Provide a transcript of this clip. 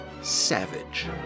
savage